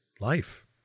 life